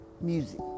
Music